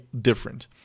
different